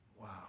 Wow